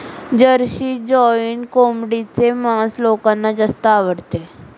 Jersey giant कोंबडीचे मांस लोकांना जास्त आवडते